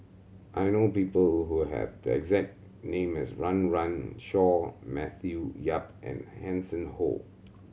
I know people who have the exact name as Run Run Shaw Matthew Yap and Hanson Ho